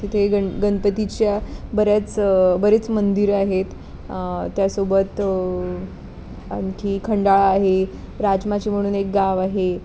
तिथे गण गणपतीच्या बऱ्याच बरेच मंदिर आहेत त्यासोबत आणखी खंडाळा आहे राजमाची म्हणून एक गाव आहे